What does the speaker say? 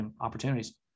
opportunities